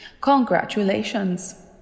Congratulations